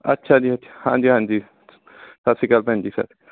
ਅੱਛਾ ਜੀ ਅੱਛਾ ਹਾਂਜੀ ਹਾਂਜੀ ਸਤਿ ਸ਼੍ਰੀ ਅਕਾਲ ਭੈਣ ਜੀ ਸਾ